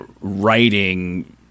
writing